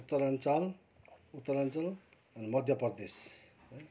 Uttaranchal Uttaranchal Madhya Pradesh